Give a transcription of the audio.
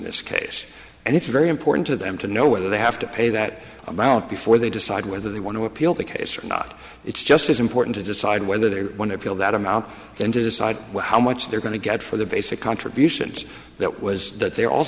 this case and it's very important to them to know whether they have to pay that amount before they decide whether they want to appeal the case or not it's just as important to decide whether they're one appeal that amount and decide how much they're going to get for the basic contributions that was that they also